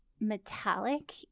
metallic